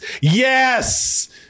yes